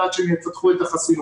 עד שהם יְפתחו את החסינות.